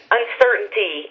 uncertainty